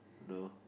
no